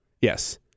Yes